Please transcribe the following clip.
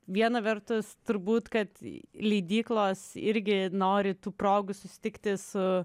vieną vertus turbūt kad leidyklos irgi nori tų progų susitikti su